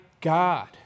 God